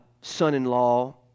son-in-law